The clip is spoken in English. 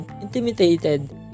intimidated